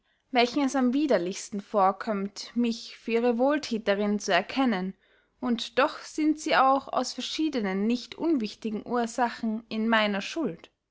welchen es am widerlichsten vorkömmt mich für ihre wohlthäterinn zu erkennen und doch sind sie auch aus verschiedenen nicht unwichtigen ursachen in meiner schuld